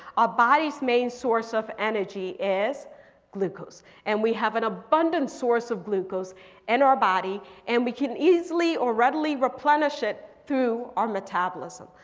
our bodies main source of energy is glucose. and we have an abundant source of glucose in and our body and we can easily or readily replenish it through our metabolism.